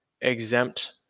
exempt